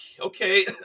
okay